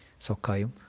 Sokayum